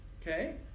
okay